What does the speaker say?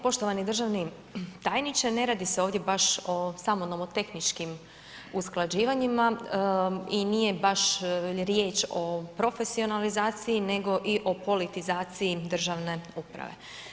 Poštovani državni tajniče, ne radi se ovdje baš o samo nomotehničkim usklađivanjima i nije baš riječ o profesionalizaciji, nego i o politizaciji državne uprave.